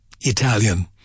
Italian